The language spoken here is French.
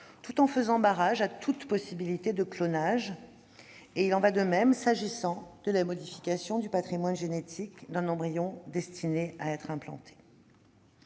tout en faisant barrage à toute possibilité de clonage ; il en va de même s'agissant de la modification du patrimoine génétique d'un embryon destiné à être implanté.